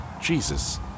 Jesus